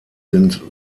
sind